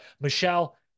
Michelle